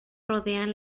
rodean